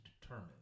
determine